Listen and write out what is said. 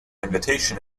invitation